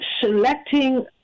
selecting